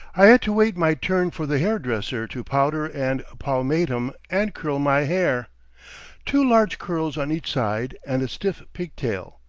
i had to wait my turn for the hair-dresser to powder and pomatum and curl my hair two large curls on each side and a stiff pigtail.